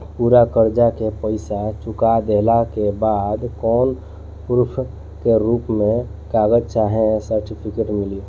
पूरा कर्जा के पईसा चुका देहला के बाद कौनो प्रूफ के रूप में कागज चाहे सर्टिफिकेट मिली?